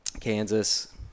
Kansas